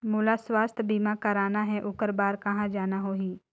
मोला स्वास्थ बीमा कराना हे ओकर बार कहा जाना होही?